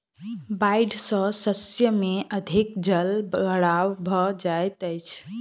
बाइढ़ सॅ शस्य में अधिक जल भराव भ जाइत अछि